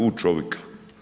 U čovjeka.